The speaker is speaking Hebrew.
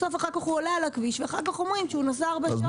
הוא עולה על הכביש ואחרי זה אומרים שנהג 4 שעות.